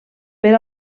per